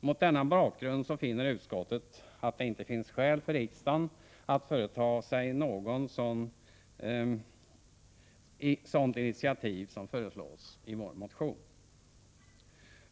Mot denna bakgrund finner utskottet att det inte finns skäl för riksdagen att företa sig några sådana initiativ som föreslås i vår motion.